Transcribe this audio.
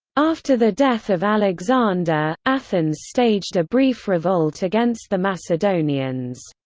after the death of alexander, athens staged a brief revolt against the macedonians.